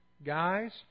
Guys